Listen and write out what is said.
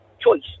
choice